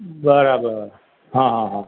બરાબર હા હા હા